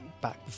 back